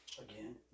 Again